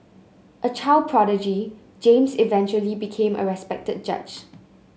a child prodigy James eventually became a respected judge